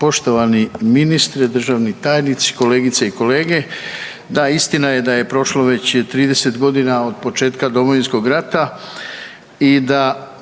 poštovani ministre, državni tajnici, kolegice i kolege. Da, istina je da je prošlo već 30 godina od početka Domovinskog rata i da